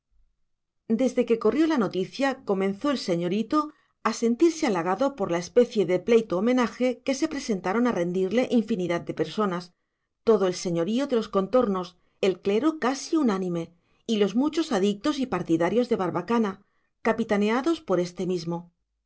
desde que corrió la noticia comenzó el señorito a sentirse halagado por la especie de pleito homenaje que se presentaron a rendirle infinidad de personas todo el señorío de los contornos el clero casi unánime y los muchos adictos y partidarios de barbacana capitaneados por este mismo